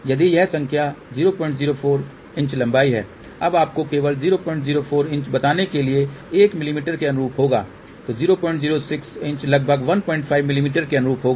यदि यह संख्या 004" लंबाई है अब आपको केवल 004" बताने के लिए 1 मिमी के अनुरूप होगा 006 लगभग 15 मिमी के अनुरूप होगा